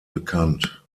bekannt